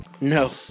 No